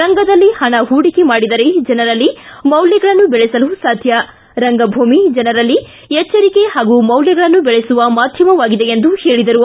ರಂಗದಲ್ಲಿ ಹಣ ಹೂಡಿಕೆ ಮಾಡಿದರೆ ಜನರಲ್ಲಿ ಮೌಲ್ಯಗಳನ್ನು ಬೆಳೆಸಲು ಸಾಧ್ಯ ರಂಗಭೂಮಿ ಜನರಲ್ಲಿ ಎಚ್ಚರಿಕೆ ಹಾಗೂ ಮೌಲ್ಯಗಳನ್ನು ಬೆಳೆಸುವ ಮಾಧ್ಯಮವಾಗಿದೆ ಎಂದು ಹೇಳಿದರು